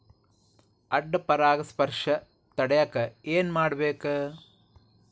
ಅಡ್ಡ ಪರಾಗಸ್ಪರ್ಶ ತಡ್ಯಾಕ ಏನ್ ಮಾಡ್ಬೇಕ್?